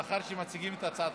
לאחר שמציגים את הצעת